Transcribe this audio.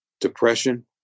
depression